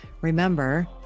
Remember